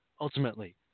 ultimately